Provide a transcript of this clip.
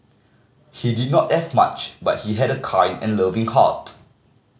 he did not have much but he had a kind and loving heart